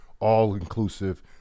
all-inclusive